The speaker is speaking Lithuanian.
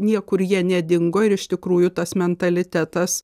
niekur jie nedingo ir iš tikrųjų tas mentalitetas